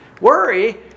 Worry